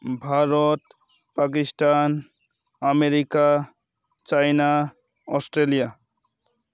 Bharat Pakistan America China Australia